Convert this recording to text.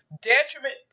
detriment